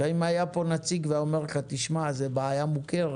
גם אם היה פה נציג והיה אומר לך תשמע זו בעיה מוכרת,